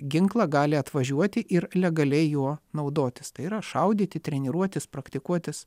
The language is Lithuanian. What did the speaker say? ginklą gali atvažiuoti ir legaliai juo naudotis tai yra šaudyti treniruotis praktikuotis